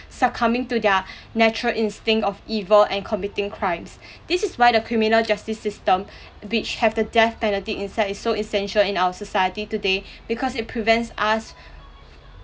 succumbing to their natural instinct of evil and committing crimes this is why the criminal justice system which have the death penalty inside is so essential in our society today because it prevents us